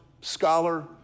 scholar